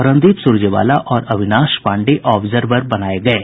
रणदीप सुरजेवाला और अविनाश पांडेय ऑब्जर्वर बनाये गये